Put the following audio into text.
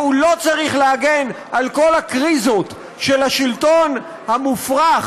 והוא לא צריך להגן על כל הקריזות של השלטון המופרך